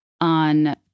on